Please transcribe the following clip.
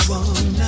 one